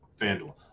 FanDuel